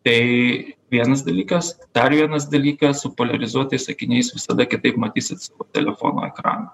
tai vienas dalykas dar vienas dalykas su poliarizuotais akiniais visada kitaip matysit savo telefono ekraną